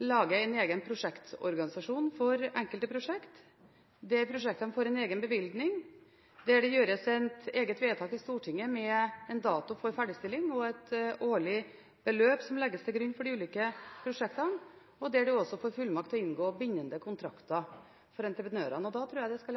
prosjektene får en egen bevilgning, der det gjøres et eget vedtak i Stortinget med en dato for ferdigstilling og et årlig beløp som legges til grunn for de ulike prosjektene, og der en også får fullmakt til å inngå bindende kontrakter med entreprenørene. Da tror jeg det skal